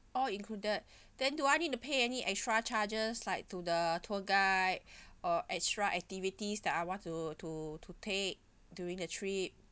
all included then do I need to pay any extra charges like to the tour guide or extra activities that I want to to to take during the trip